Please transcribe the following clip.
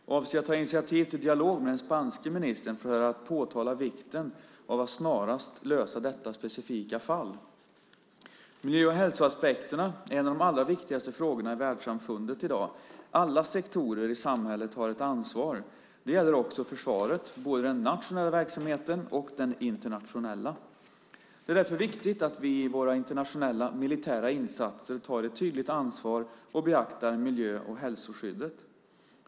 Avser jag att ta initiativ till dialog med den spanske ministern för att påtala vikten av att snarast lösa detta specifika fall? Miljö och hälsoaspekterna är en av de allra viktigaste frågorna i världssamfundet i dag. Alla sektorer i samhället har ett ansvar. Det gäller också försvaret, både den nationella verksamheten och den internationella. Det är därför viktigt att vi i våra internationella militära insatser tar ett tydligt ansvar och beaktar miljö och hälsoskyddet.